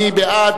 מי בעד?